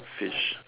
fish